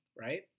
right